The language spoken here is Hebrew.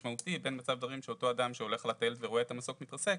משמעותי בין מצב דברים שאותו אדם שהולך על הטיילת ורואה את המסוק מתרסק,